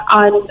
on